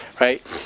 right